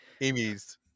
Amy's